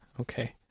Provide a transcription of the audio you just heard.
Okay